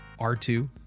R2